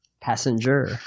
Passenger